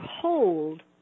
hold